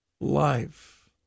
life